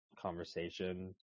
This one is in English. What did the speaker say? conversation